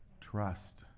trust